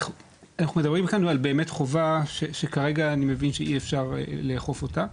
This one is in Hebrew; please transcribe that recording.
אנחנו מדברים כאן על באמת חובה שכרגע אני מבין שאי אפשר לאכוף אותה,